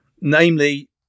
Namely